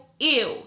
Ew